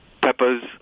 peppers